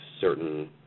certain